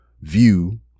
view